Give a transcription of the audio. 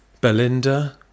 Belinda